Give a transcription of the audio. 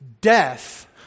Death